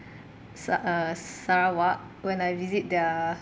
sa~ uh sarawak when I visit their